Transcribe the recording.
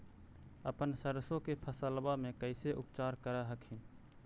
अपन सरसो के फसल्बा मे कैसे उपचार कर हखिन?